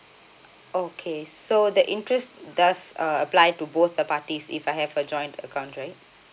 okay so the interest does uh apply to both the parties if I have a joint account right